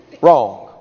Wrong